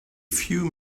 few